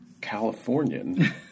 Californian